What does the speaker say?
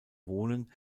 wohnen